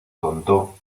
contó